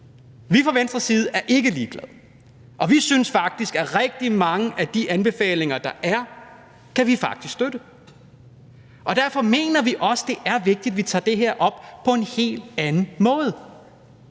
er fra Venstres side ikke ligeglade, og vi synes faktisk, at rigtig mange af de anbefalinger, der er, er nogle, vi faktisk kan støtte. Og derfor mener vi også, det er vigtigt, at vi tager det her op på en helt anden måde.